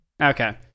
Okay